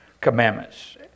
commandments